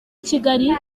kigali